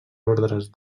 ordres